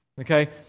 okay